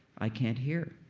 i can't hear